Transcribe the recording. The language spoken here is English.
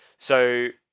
so.